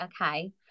okay